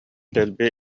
дэлби